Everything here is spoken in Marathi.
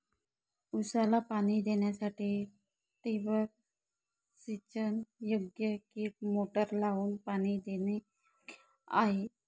ऊसाला पाणी देण्यासाठी ठिबक सिंचन योग्य कि मोटर लावून पाणी देणे योग्य आहे?